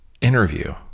interview